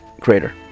Crater